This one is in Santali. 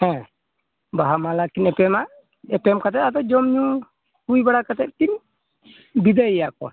ᱦᱮᱸ ᱵᱟᱦᱟ ᱢᱟᱞᱟ ᱠᱤᱱ ᱮᱯᱮᱢᱟ ᱮᱯᱮᱢ ᱠᱟᱛᱮᱫ ᱡᱚᱢ ᱧᱩ ᱦᱩᱭ ᱵᱟᱲᱟ ᱠᱟᱛᱮᱫ ᱠᱤᱱ ᱵᱤᱫᱟᱹᱭᱮᱭᱟ ᱠᱚ